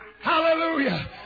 Hallelujah